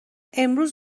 امروز